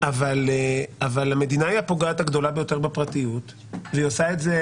אבל המדינה היא הפוגעת הגדולה ביותר בפרטיות והיא עושה את זה